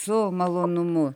su malonumu